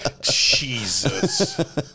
Jesus